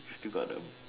still got the